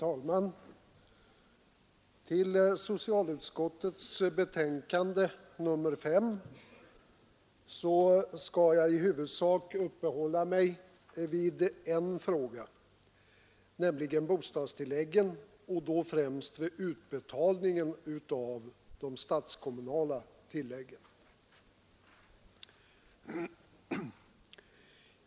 Herr talman! Jag skall i huvudsak uppehålla mig vid en fråga i socialutskottets betänkande nr 5, nämligen bostadstilläggen, och då främst utbetalningen av de statskommunala tilläggen.